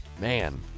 Man